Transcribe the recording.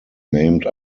named